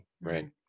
Right